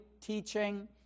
teaching